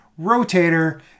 Rotator